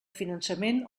finançament